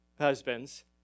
husbands